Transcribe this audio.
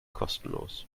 kostenlos